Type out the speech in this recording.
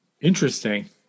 Interesting